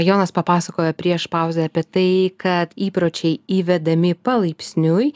jonas papasakojo prieš pauzę apie tai kad įpročiai įvedami palaipsniui